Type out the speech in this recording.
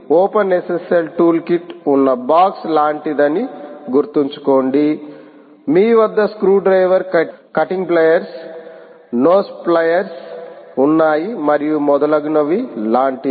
OpenSSL toolkit ఉన్న box లాంటిదని గుర్తుంచుకోండి మీ వద్ద స్క్రూడ్రైవర్లు కటింగ్ ప్లైర్లు నోస్ ప్లైర్లు ఉన్నాయి మరియు మొదలగునవి లాంటిది